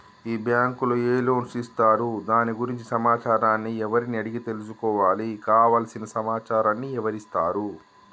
ఈ బ్యాంకులో ఏ లోన్స్ ఇస్తారు దాని గురించి సమాచారాన్ని ఎవరిని అడిగి తెలుసుకోవాలి? కావలసిన సమాచారాన్ని ఎవరిస్తారు?